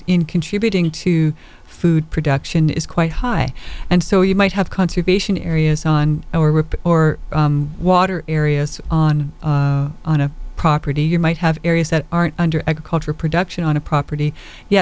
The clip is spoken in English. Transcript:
in contributing to food production is quite high and so you might have conservation areas on our rip or water areas on on a property you might have areas that aren't under agricultural production on a property ye